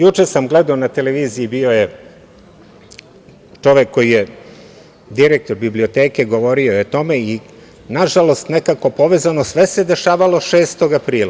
Juče sam gledao na televiziji, bio je čovek koji je direktor biblioteke, govorio je o tome i nažalost nekako povezano sve se dešavalo 6. aprila.